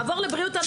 תעבור לבריאות הנפש.